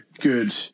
good